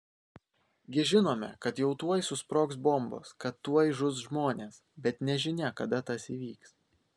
gi žinome kad jau tuoj susprogs bombos kad tuoj žus žmonės bet nežinia kada tas įvyks